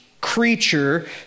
creature